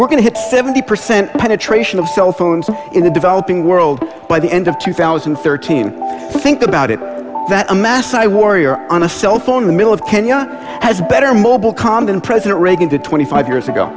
we're going to hit seventy percent penetration of cell phones in the developing world by the end of two thousand and thirteen think about it that a mass i worry or on a cell phone in the middle of kenya has better mobile condon president reagan did twenty five years ago